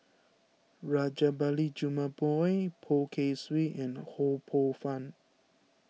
Rajabali Jumabhoy Poh Kay Swee and Ho Poh Fun